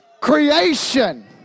creation